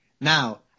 Now